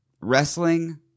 wrestling